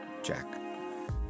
Jack